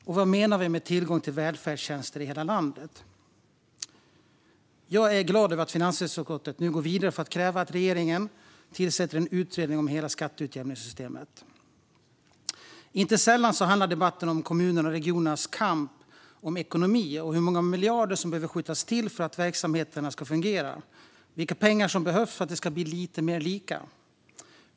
Och vad menar vi med tillgång till välfärdstjänster i hela landet? Jag är glad över att finansutskottet nu går vidare med att kräva att regeringen tillsätter en utredning som ska titta på hela skatteutjämningssystemet. Inte sällan handlar debatten om kommunernas och regionernas kamp när det gäller ekonomi och hur många miljarder som behöver skjutas till för att verksamheterna ska fungera - vilka pengar som behövs för att det ska bli lite mer lika.